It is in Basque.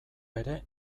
ere